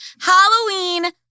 Halloween